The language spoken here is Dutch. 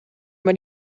maar